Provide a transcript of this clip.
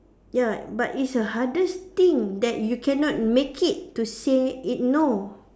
ya but it's a hardest thing that you cannot make it to say it no